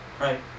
Right